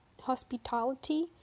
hospitality